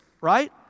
right